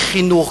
מחינוך,